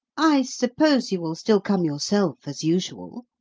i suppose you will still come yourself, as usual?